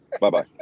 Bye-bye